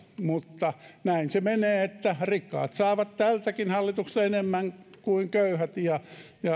mutta näin se menee että rikkaat saavat tältäkin hallitukselta enemmän kuin köyhät ja